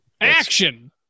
Action